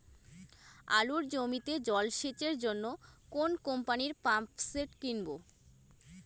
আলুর জমিতে জল সেচের জন্য কোন কোম্পানির পাম্পসেট কিনব?